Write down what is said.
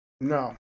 No